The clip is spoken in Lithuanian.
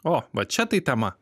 o va čia tai tema